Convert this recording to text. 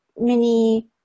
mini